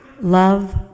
Love